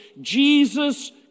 Jesus